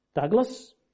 Douglas